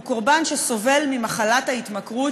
הוא קורבן שסובל ממחלת ההתמכרות,